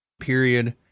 period